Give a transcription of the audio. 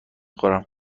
خورم